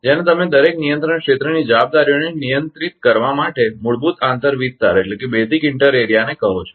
જેને તમે દરેક નિયંત્રણ ક્ષેત્રની જવાબદારીઓને નિયંત્રિત કરવા માટે મૂળભૂત આંતર વિસ્તારને કહો છો